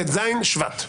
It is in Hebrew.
ט"ז בשבט?